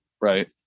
right